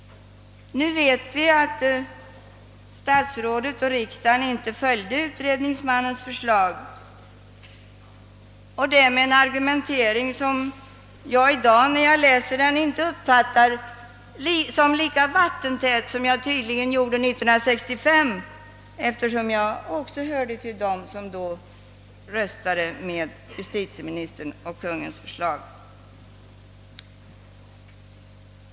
Nu vet vi att statsrådet och riksdagen inte följde utredningsmannens förslag. När jag i dag läser argumenteringen härför uppfattar jag den inte som lika vattentät som jag tydligen gjorde 1965, eftersom jag hörde till dem som då röstade för propositionens förslag.